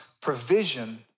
provision